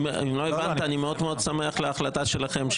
אני מאוד שמח להחלטה שלכם,